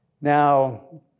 Now